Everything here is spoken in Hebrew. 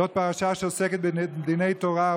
זאת פרשה שעוסקת בדיני תורה,